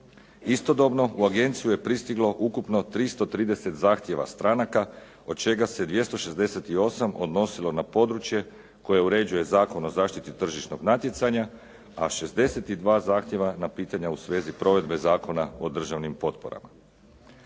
Istodobno u agenciju je pristiglo ukupno 330 zahtjeva stranaka od čega se 268 odnosilo na područje koje uređuje Zakon o zaštiti tržišnog natjecanja a 62 zahtjeva na pitanja u svezi provedbe Zakona o državnim potporama.